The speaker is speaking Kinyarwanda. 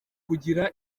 kugira